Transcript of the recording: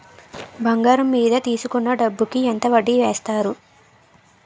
బంగారం మీద తీసుకున్న డబ్బు కి ఎంత వడ్డీ వేస్తారు?